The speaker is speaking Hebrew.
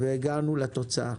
והגענו לתוצאה.